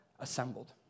Assembled